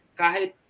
kahit